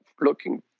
looking